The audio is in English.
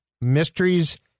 mysteries